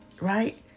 Right